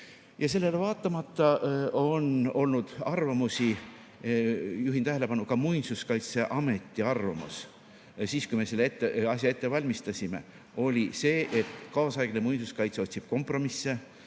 Sellele vaatamata on olnud arvamusi – juhin tähelepanu, ka Muinsuskaitseameti arvamus, siis kui me seda asja ette valmistasime –, et kaasaegne muinsuskaitse otsib kompromisse